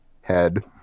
Head